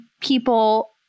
people